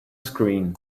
screen